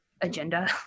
agenda